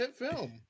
HitFilm